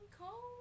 cold